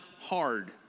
hard